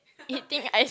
eating ice